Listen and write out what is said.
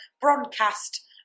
broadcast